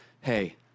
Hey